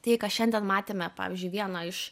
tai ką šiandien matėme pavyzdžiui vieną iš